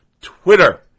Twitter